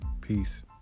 Peace